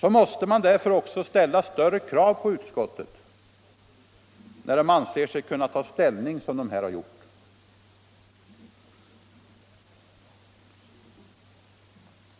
Därför måste också större krav ställas på utskottet när det ansett sig kunna ta ställning såsom här har skett.